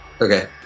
Okay